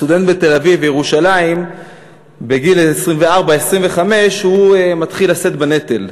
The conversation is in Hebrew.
הסטודנט בתל-אביב ובירושלים בגיל 24 או 25 הוא מתחיל לשאת בנטל.